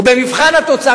ובמבחן התוצאה,